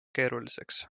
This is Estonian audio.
keeruliseks